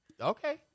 Okay